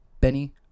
Benny